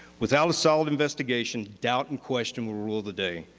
without a solid investigation, doubt and question will rule the day.